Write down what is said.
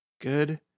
Good